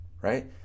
right